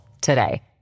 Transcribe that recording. today